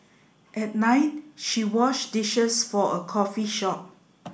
at night she washed dishes for a coffee shop